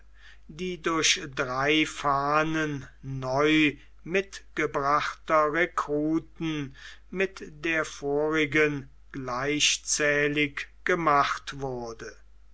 die durch drei fahnen neu mitgebrachter rekruten mit der vorigen gleichzählig gemacht wurde